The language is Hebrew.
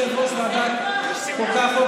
יושב-ראש ועדת חוקה,